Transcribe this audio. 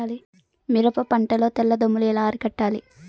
మిరప పంట లో తెల్ల దోమలు ఎలా అరికట్టాలి?